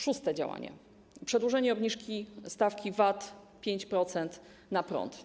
Szóste działanie: przedłużenie obniżki stawki VAT 5% na prąd.